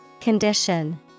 Condition